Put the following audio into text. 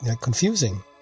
confusing